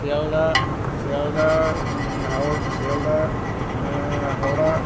শিয়ালদহ শিয়ালদহ হও শিয়ালদহ হাওড়া